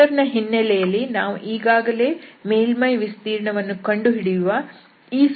vector ನ ಹಿನ್ನೆಲೆಯಲ್ಲಿ ನಾವು ಈಗಾಗಲೇ ಮೇಲ್ಮೈಯ ವಿಸ್ತೀರ್ಣವನ್ನು ಕಂಡುಹಿಡಿಯುವ ಈ ಸೂತ್ರವನ್ನು ಪಡೆದಿದ್ದೇವೆ